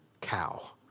cow